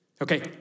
Okay